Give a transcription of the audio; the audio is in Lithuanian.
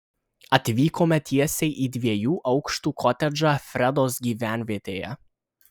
atvykome tiesiai į dviejų aukštų kotedžą fredos gyvenvietėje